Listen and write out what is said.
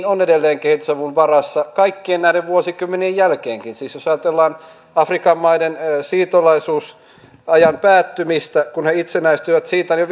on edelleen kehitysavun varassa kaikkien näiden vuosikymmenien jälkeenkin siis jos ajatellaan afrikan maiden siirtolaisuusajan päättymistä kun ne itsenäistyivät siitä on jo